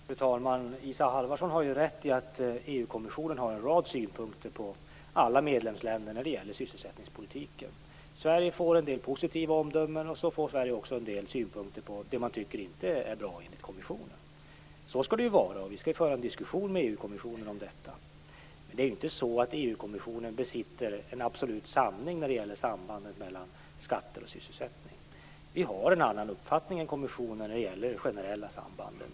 Fru talman! Isa Halvarsson har rätt i att EU kommissionen har en rad synpunkter på alla medlemsländer när det gäller sysselsättningspolitiken. Sverige får en del positiva omdömen, och så får Sverige också en del synpunkter på det man i kommissionen inte tycker är bra. Så skall det vara. Vi skall ju föra en diskussion med EU-kommissionen om detta. Men det är inte så att EU-kommissionen besitter en absolut sanning när det gäller sambandet mellan skatter och sysselsättning. Vi har en annan uppfattning än kommissionen när det gäller de generella sambanden.